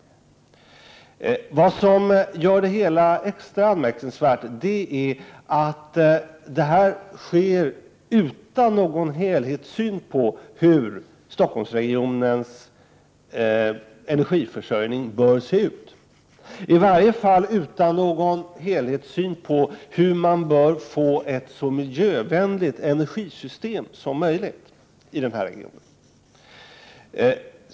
Vad som gör det hela extra anmärkningsvärt är att detta sker utan någon helhetssyn på hur Stockholmsregionens energiförsörjning bör se ut — eller i varje fall utan någon helhetssyn på hur man bör få ett så miljövänligt energisystem som möjligt för regionen.